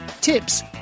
tips